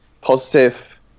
Positive